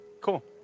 Cool